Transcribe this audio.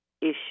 issue